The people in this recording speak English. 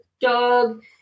dog